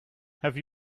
have